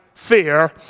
fear